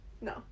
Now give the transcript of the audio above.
No